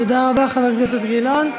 תודה רבה, חבר הכנסת גילאון,